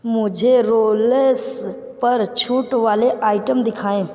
मुझे रोलेक्स पर छूट वाले आइटम दिखाएँ